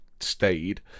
stayed